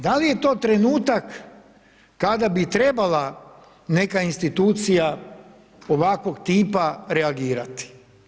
Da li je to trenutak kada bi trebala neka institucija ovakvog tipa reagirati?